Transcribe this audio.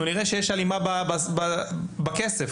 אנחנו נמצאים בדיונים בבית המשפט,